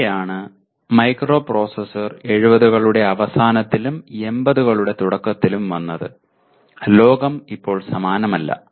അവിടെയാണ് മൈക്രോപ്രൊസസ്സർ '70 കളുടെ അവസാനത്തിലും '80 കളുടെ തുടക്കത്തിലും വന്നത് ലോകം ഇപ്പോൾ സമാനമല്ല